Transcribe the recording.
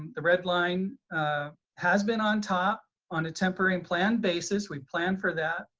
um the red line has been on top on a temporary and plan basis, we planned for that.